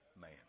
man